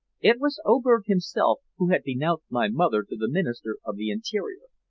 it was oberg himself who had denounced my mother to the minister of the interior,